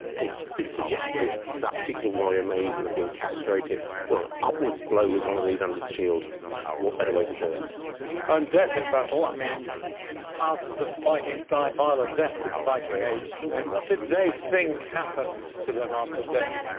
it's been suggested that particular warrior may even have being castrated well upwards blow is one of these and the shield what better way to do it and death in battle, i mean thousands of vikings died violent deaths in the viking age didn't they what did they think happened to them after death?